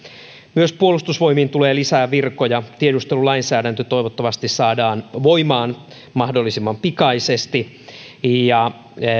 myös puolustusvoimiin tulee lisää virkoja tiedustelulainsäädäntö toivottavasti saadaan voimaan mahdollisimman pikaisesti